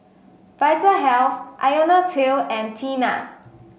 Vitahealth IoniL T and Tena